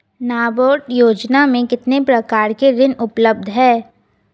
नाबार्ड योजना में कितने प्रकार के ऋण उपलब्ध हैं?